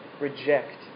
reject